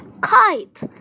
kite